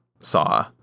Saw